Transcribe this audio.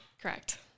Correct